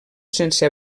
sense